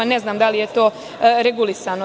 Ne znam da li je to regulisano.